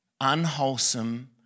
unwholesome